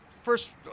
First